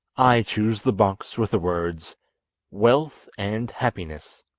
i choose the box with the words wealth and happiness.